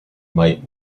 might